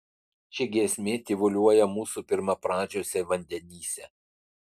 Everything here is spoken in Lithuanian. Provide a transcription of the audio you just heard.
ši giesmė tyvuliuoja mūsų pirmapradžiuose vandenyse